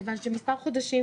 מכיוון שמספר חודשים,